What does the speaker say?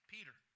Peter